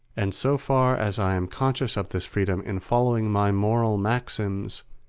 and so far as i am conscious of this freedom in following my moral maxims,